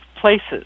places